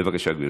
בבקשה, גברתי.